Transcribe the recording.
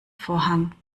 vorhang